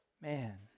Man